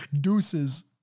deuces